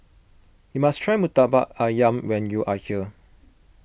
you must try Murtabak Ayam when you are here